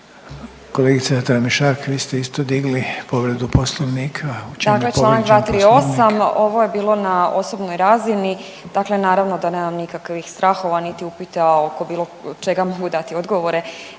Kolegice Tramišak vi ste isto digli povredu Poslovnika.